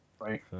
Right